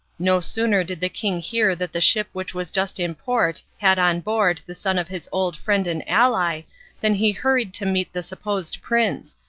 no sooner did the king hear that the ship which was just in port had on board the son of his old friend and ally than he hurried to meet the supposed prince,